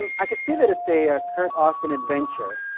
um i can see that it's a kurt austin adventure.